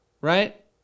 right